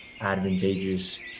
advantageous